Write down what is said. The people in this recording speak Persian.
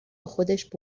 خودش